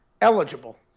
eligible